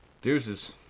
Deuces